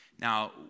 Now